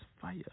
Fire